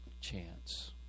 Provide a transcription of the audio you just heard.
chance